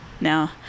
now